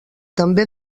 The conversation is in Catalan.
també